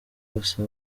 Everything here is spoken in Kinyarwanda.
basa